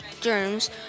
germs